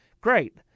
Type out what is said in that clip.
Great